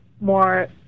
more